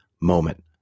moment